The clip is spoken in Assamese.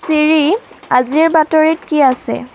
ছিৰি আজিৰ বাতৰিত কি আছে